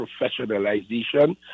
professionalization